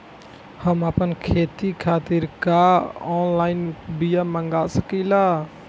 हम आपन खेती खातिर का ऑनलाइन बिया मँगा सकिला?